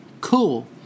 Cool